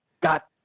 got